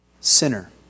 sinner